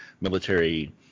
military